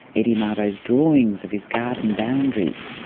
eddie mabo's drawings of his garden boundaries,